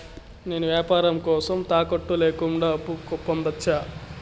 నేను వ్యాపారం కోసం తాకట్టు లేకుండా అప్పు పొందొచ్చా?